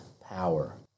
power